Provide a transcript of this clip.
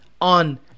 on